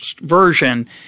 version